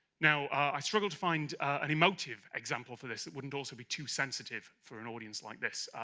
now i struggle to find an emotive example for this that wouldn't also be too sensitive for an audience like this.